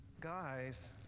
Guys